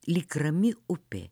lyg rami upė